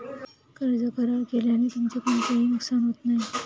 कर्ज करार केल्याने तुमचे कोणतेही नुकसान होत नाही